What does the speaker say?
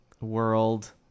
world